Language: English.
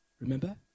Remember